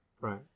Right